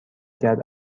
کرد